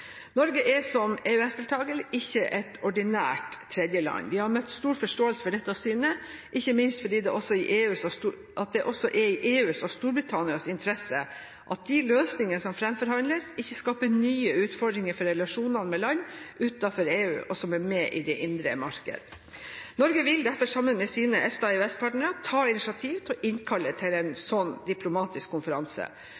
Norge er som EØS-deltaker ikke et ordinært tredjeland. Vi har møtt stor forståelse for dette synet, ikke minst fordi det også er i EUs og Storbritannias interesse at de løsninger som framforhandles, ikke skaper nye utfordringer for relasjonene med land utenfor EU som er med i det indre marked. Norge vil derfor sammen med sine EFTA- og EØS-partnere ta initiativ til å innkalle til en